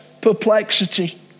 perplexity